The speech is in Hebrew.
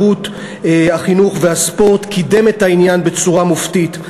התרבות והספורט קידם את העניין בצורה מופתית.